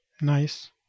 Nice